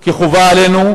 כי חובה עלינו,